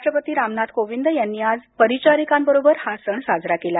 राष्ट्रपती रामनाथ कोविंद यांनी आज परिचारिकांबरोबर हा सण साजरा केला